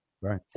Right